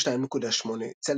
ל-22.8°C.